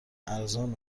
ارزان